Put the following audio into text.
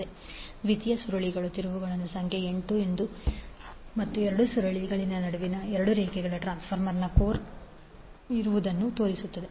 ದ್ವಿತೀಯ ಸುರುಳಿಯಲ್ಲಿನ ತಿರುವುಗಳ ಸಂಖ್ಯೆ N2ಮತ್ತು ಎರಡು ಸುರುಳಿಗಳ ನಡುವಿನ ಎರಡು ರೇಖೆಗಳು ಟ್ರಾನ್ಸ್ಫಾರ್ಮರ್ನಲ್ಲಿ ಕೋರ್ ಇರುವುದನ್ನು ತೋರಿಸುತ್ತದೆ